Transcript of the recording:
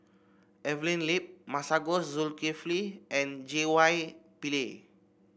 Evelyn Lip Masagos Zulkifli and J Y Pillay